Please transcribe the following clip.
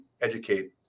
educate